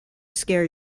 scare